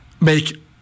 make